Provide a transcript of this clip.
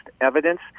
evidence